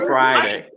Friday